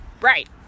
Right